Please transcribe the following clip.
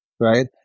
Right